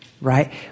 right